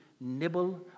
Nibble